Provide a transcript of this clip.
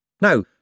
No